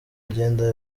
agenda